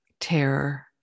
terror